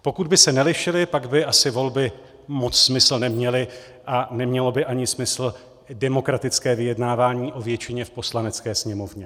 Pokud by se nelišily, pak by asi volby moc smysl neměly a nemělo by ani smysl demokratické vyjednávání o většině v Poslanecké sněmovně.